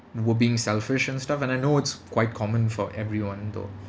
we're being selfish and stuff and I know it's quite common for everyone though